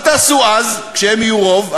מה תעשו אז, כשהם יהיו רוב?